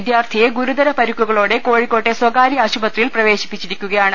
വിദ്യാർഥിയെ ഗുരുതര പരുക്കുകളോടെ കോഴിക്കോട്ടെ സ്ഥകാര്യ ആശുപത്രിയിൽ പ്രവേശിപ്പിച്ചിരിക്കുകയാണ്